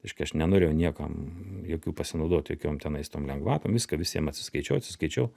reiškia aš nenorėjau niekam jokių pasinaudoti jokiom tenais lengvatom viską visiems atsiskaičiau atsiskaičiau